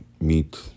meet